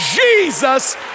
Jesus